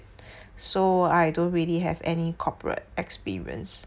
so I don't really have any corporate experience